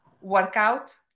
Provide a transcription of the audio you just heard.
workout